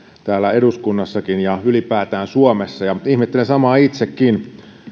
täällä eduskunnassakin ja ylipäätään suomessa ja ihmettelen samaa itsekin